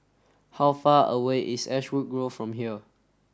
how far away is Ashwood Grove from here